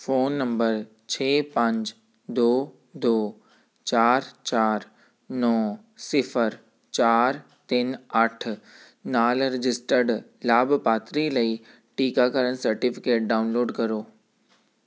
phone number ਛੇ ਪੰਜ ਦੋ ਦੋ ਚਾਰ ਚਾਰ ਨੌਂ ਸਿਫਰ ਚਾਰ ਤਿੰਨ ਅੱਠ ਨਾਲ ਰਜਿਸਟਰਡ ਲਾਭਪਾਤਰੀ ਲਈ ਟੀਕਾਕਰਨ ਸਰਟੀਫਿਕੇਟ ਡਾਊਨਲੋਡ ਕਰੋ